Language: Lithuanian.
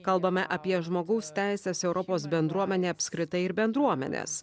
kalbame apie žmogaus teises europos bendruomenę apskritai ir bendruomenes